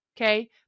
Okay